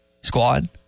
squad